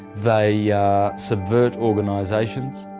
they subvert organizations,